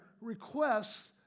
requests